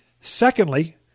Secondly